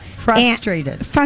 Frustrated